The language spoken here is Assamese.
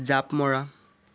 জাপ মৰা